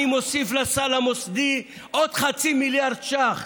אני מוסיף לסל המוסדי עוד חצי מיליארד שקלים,